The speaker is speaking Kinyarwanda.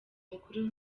mukuru